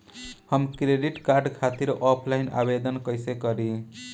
हम credit card खातिर offline आवेदन कइसे करि?